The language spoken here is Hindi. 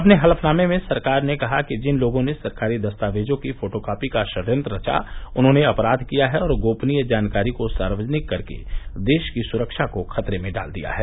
अपने हलफनमे में सरकार ने कहा कि जिन लोगों ने सरकारी दस्तावेजों की फोटोकापी का षडयंत्र रचा उन्होंने अपराध किया है और गोपनीय जानकारी को सार्वजनिक कर के देश की सुरक्षा को खतरे में डाल दिया है